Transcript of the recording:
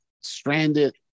stranded